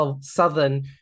southern